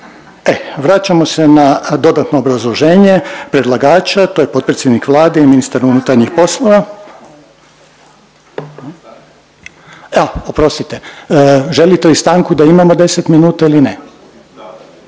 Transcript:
E vraćamo se na dodatno obrazloženje predlagača to je potpredsjednik Vlade i ministar unutarnjih poslova. A oprostite, želite li stanku da imamo deset minuta ili ne?